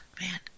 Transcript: Man